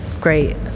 great